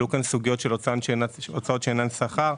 עלו כאן סוגיות של הוצאות שאינן שכר.